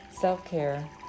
self-care